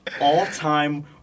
all-time